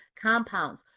compounds,